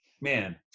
man